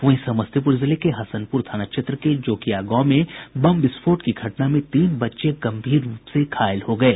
वहीं समस्तीपुर जिले के हसनपुर थाना क्षेत्र के जोकिया गांव में बम विस्फोट की घटना में तीन बच्चे गंभीर रूप से घायल हो गए